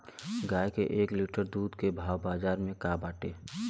गाय के एक लीटर दूध के भाव बाजार में का बाटे?